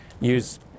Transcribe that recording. use